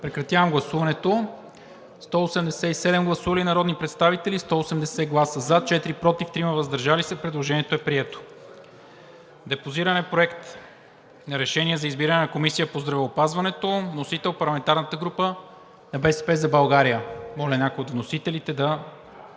да. Гласували 187 народни представители: за 180, против 4, въздържали се 3. Предложението е прието. Депозиран е Проект на решение за избиране на Комисия по здравеопазването. Вносител е парламентарната група на „БСП за България“. Моля някой от вносителите да